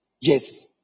Yes